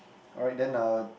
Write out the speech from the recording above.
alright then uh